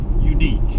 unique